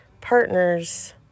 partners